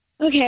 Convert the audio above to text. Okay